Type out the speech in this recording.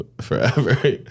forever